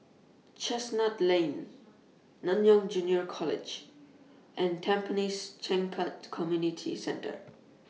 Chestnut Lane Nanyang Junior College and Tampines Changkat Community Centre